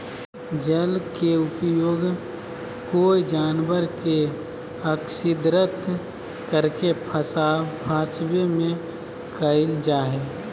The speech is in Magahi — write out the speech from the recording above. जल के उपयोग कोय जानवर के अक्स्र्दित करके फंसवे में कयल जा हइ